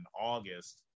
august